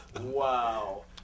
Wow